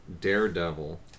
Daredevil